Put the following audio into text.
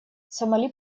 сомали